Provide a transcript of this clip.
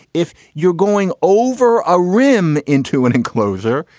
if you're going over a rim, into an enclosure,